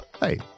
Hey